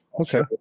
Okay